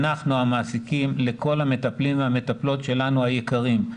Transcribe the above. לכל המטפלים והמטפלות שלנו היקרים,